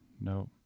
no